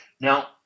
Now